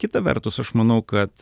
kita vertus aš manau kad